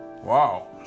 wow